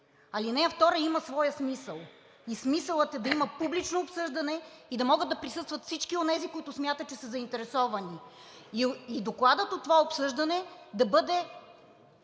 Алинея 2 има своя смисъл. Смисълът е да има публично обсъждане и да могат да присъстват всички онези, които смятат, че са заинтересовани, и докладът от това обсъждане да бъде